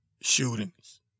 shootings